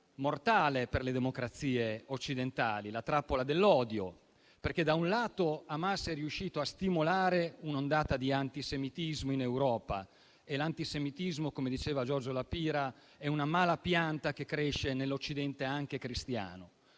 mortale per le democrazie occidentali: la trappola dell'odio. Infatti, da un lato Hamas è riuscito a stimolare un'ondata di antisemitismo in Europa e l'antisemitismo - come diceva Giorgio La Pira - è una malapianta che cresce nell'Occidente, anche cristiano;